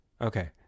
okay